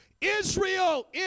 Israel